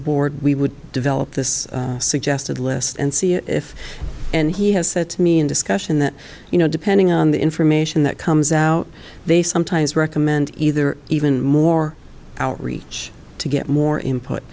board we would develop this suggested list and see if and he has said to me in discussion that you know depending on the information that comes out they sometimes recommend either even more outreach to get more input